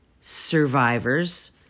survivors